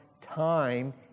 time